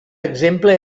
exemple